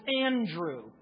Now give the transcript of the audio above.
Andrew